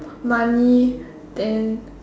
money then